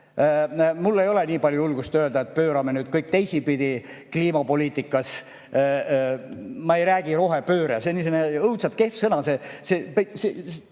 Mul ei ole nii palju julgust öelda, et pöörame nüüd kõik teistpidi kliimapoliitikas. Ma ei räägi rohepöördest. See on muidugi niisugune õudselt kehv sõna, mis